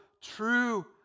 true